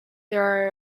there